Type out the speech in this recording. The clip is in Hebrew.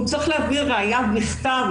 הוא צריך להביא ראיה בכתב,